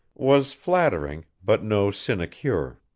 was flattering, but no sinecure.